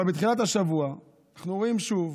אבל בתחילת השבוע אנחנו רואים ששוב